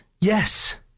yes